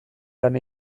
lan